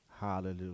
Hallelujah